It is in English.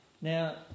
Now